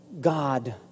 God